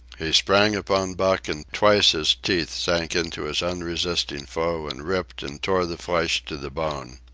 he sprang upon buck, and twice his teeth sank into his unresisting foe and ripped and tore the flesh to the bone.